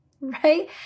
right